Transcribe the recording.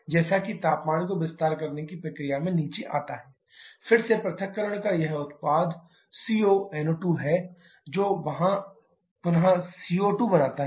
जैसा कि तापमान को विस्तार की प्रक्रिया में नीचे आना है फिर से पृथक्करण का यह उत्पाद CO NO2 है जो वहां पुनः CO2 बनाता है